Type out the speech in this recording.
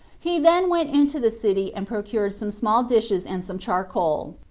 he then went into the city and procured some small dishes and some charcoal.